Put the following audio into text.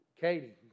Katie